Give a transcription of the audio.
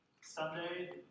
Sunday